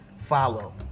follow